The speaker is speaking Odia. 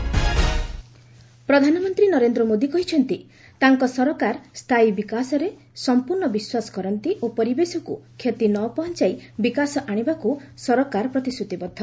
ପିଏମ୍ ଡେଭଲପମେଣ୍ଟ ପ୍ରଧାନମନ୍ତ୍ରୀ ନରେନ୍ଦ୍ର ମୋଦି କହିଛନ୍ତି ତାଙ୍କ ସରକାର ସ୍ଥାୟୀ ବିକାଶରେ ସମ୍ପୂର୍ଣ୍ଣ ବିଶ୍ୱାସ କରନ୍ତି ଓ ପରିବେଶକୁ କ୍ଷତି ନପହଞ୍ଚାଇ ବିକାଶ ଆଶିବାକୁ ସରକାର ପ୍ରତିଶ୍ରୁତିବଦ୍ଧ